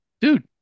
dude